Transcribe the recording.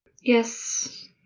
Yes